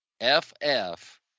F-F